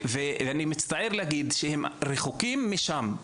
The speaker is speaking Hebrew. אני מצטער להגיד, שהם רחוקים משם.